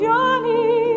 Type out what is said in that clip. Johnny